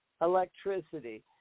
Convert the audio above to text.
electricity